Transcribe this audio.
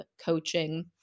coaching